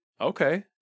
Okay